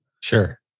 Sure